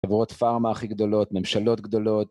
חברות פארמה הכי גדולות, ממשלות גדולות...